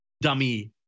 dummy